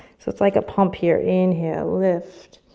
it's it's like a pump here inhale, lift,